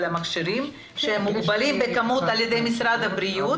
המכשירים שמוגבלים בכמות על ידי משרד הבריאות,